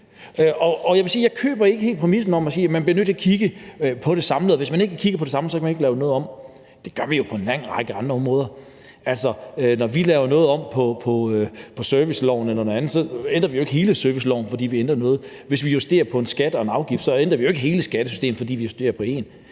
at jeg ikke helt køber præmissen om, at man bliver nødt til at kigge på det samlet, og hvis man ikke kigger på det samlet, kan man ikke lave noget om. Det gør vi jo på en lang række andre områder. Når vi laver noget om i serviceloven eller noget andet, ændrer vi jo ikke hele serviceloven, fordi vi ændrer noget. Hvis vi justerer på en skat eller en afgift, ændrer vi jo ikke hele skattesystemet, fordi vi justerer på én